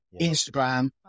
Instagram